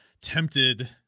tempted